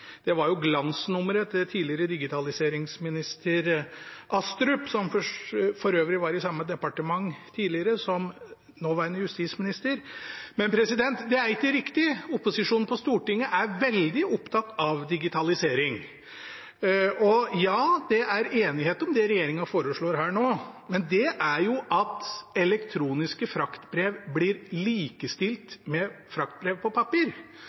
Det var jo glansnummeret til tidligere digitaliseringsminister Astrup, som tidligere for øvrig var i samme departement som nåværende justisminister. Men det er ikke riktig. Opposisjonen på Stortinget er veldig opptatt av digitalisering. Og ja, det er enighet om det regjeringen foreslår her nå, men det er jo at elektroniske fraktbrev blir likestilt med fraktbrev på papir.